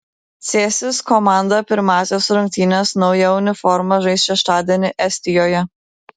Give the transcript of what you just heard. cėsis komanda pirmąsias rungtynes nauja uniforma žais šeštadienį estijoje